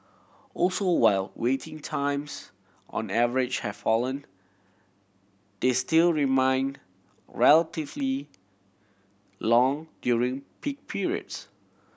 also while waiting times on average have fallen they still remain relatively long during peak periods